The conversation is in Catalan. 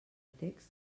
text